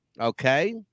okay